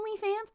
OnlyFans